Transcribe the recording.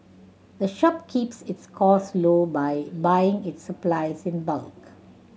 the shop keeps its cost low by buying its supplies in bulk